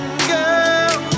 Girl